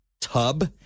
tub